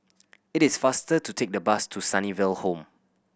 it is faster to take the bus to Sunnyville Home